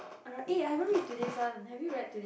err I haven't read today's one have you read today